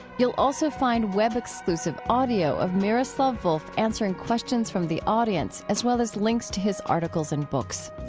you'll also find web exclusive audio of miroslav volf answering questions from the audience, as well as links to his articles and books.